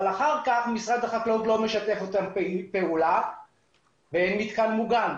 אחר כך משרד החקלאות לא משתף איתם פעולה ואין מתקן מוגן.